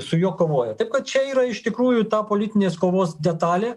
su juo kovoja taip kad čia yra iš tikrųjų ta politinės kovos detalė